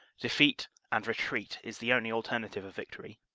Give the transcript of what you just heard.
defeat and retreat is the only alternative of victory.